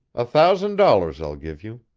a thousand dollars i'll give you.